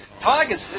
Tigers